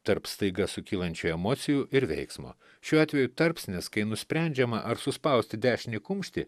tarp staiga sukylančių emocijų ir veiksmo šiuo atveju tarpsnis kai nusprendžiama ar suspausti dešinį kumštį